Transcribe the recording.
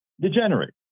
degenerate